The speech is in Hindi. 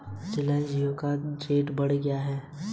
स्थानांतरित खेती क्या है?